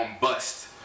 bust